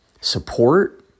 support